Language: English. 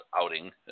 outing